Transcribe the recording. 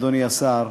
אדוני השר,